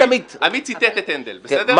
עמית ציטט את הנדל, בסדר?